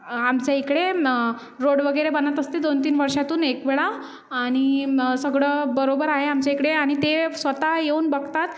आमच्या इकडे रोड वगैरे बनत असते दोन तीन वर्षांतून एक वेळा आणि सगळं बरोबर आहे आमच्या इकडे आणि ते स्वतः येऊन बघतात